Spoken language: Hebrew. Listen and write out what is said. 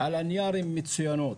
על הנייר הן מצוינות.